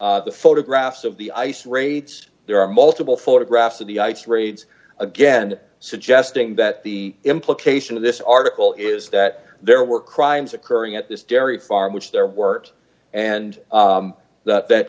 up the photographs of the ice raids there are multiple photographs of the ice raids again suggesting that the implication of this article is that there were crimes occurring at this dairy farm which their work and